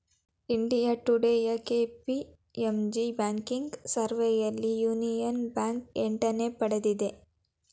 India ಟುಡೇಯ KPMG banking ಸರ್ವೆಯಲ್ಲಿ Union Bank ಎಂಟನೇ ಪಡೆದಿದೆ